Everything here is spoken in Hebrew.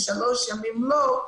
ושלושה ימים לא,